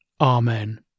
Amen